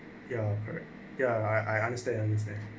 ya correct ya I I understand I understand